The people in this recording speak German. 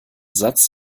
satz